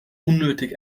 unnötig